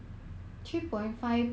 ah